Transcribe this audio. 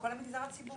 אבל בכל המגזר הציבורי?